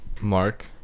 Mark